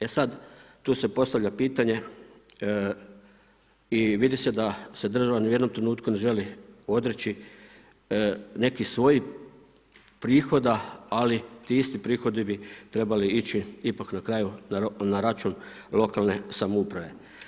E sad, tu se postavlja pitanje i vidi se da se država ni u jednom trenutku ne želi odreći nekih svojih prihoda, ali ti isti prihodi bi trebali ići ipak na kraju na račun lokalne samouprave.